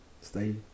Stay